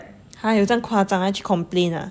!huh! 有这样夸张要去 ah